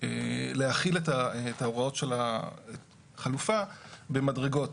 להחיל את ההוראות של החלופה במדרגות,